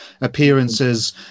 appearances